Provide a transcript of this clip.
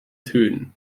tönen